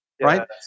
right